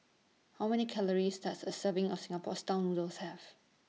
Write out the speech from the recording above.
How Many Calories Does A Serving of Singapore Style Noodles Have